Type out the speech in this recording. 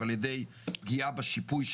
לפני ההקראה אתן לחברי הכנסת להתייחס לדברים.